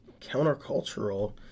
countercultural